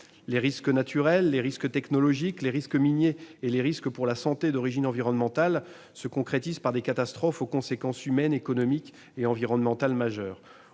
Les risques naturels, les risques technologiques, les risques miniers et les risques pour la santé d'origine environnementale se concrétisent par des catastrophes aux conséquences humaines, économiques et environnementales majeures.